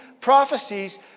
prophecies